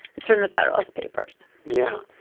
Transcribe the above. that's from the federalist papers yeah.